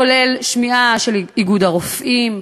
כולל שמיעה של איגוד הרופאים,